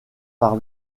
par